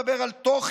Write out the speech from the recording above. אני לא מדבר על תוכן.